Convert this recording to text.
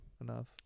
enough